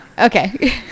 Okay